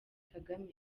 kagame